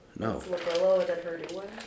No